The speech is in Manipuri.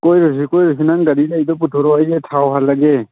ꯀꯣꯏꯔꯨꯁꯤ ꯀꯣꯏꯔꯨꯁꯤ ꯅꯪ ꯒꯥꯔꯤ ꯂꯩꯔꯤꯗꯣ ꯄꯨꯊꯣꯔꯛꯑꯣ ꯑꯩꯅ ꯊꯥꯎ ꯍꯥꯜꯂꯒꯦ